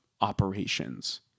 operations